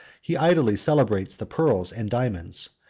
he idly celebrates the pearls and diamonds,